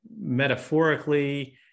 metaphorically